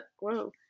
whoa